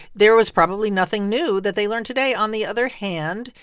there was probably nothing new that they learned today. on the other hand,